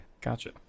Gotcha